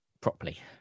properly